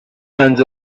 hands